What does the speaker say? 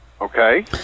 Okay